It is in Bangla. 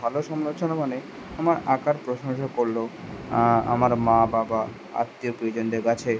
ভালো সমালোচনা মানে আমার আঁকার প্রশংসা করল আমার মা বাবা আত্মীয় পরিজনদের কাছে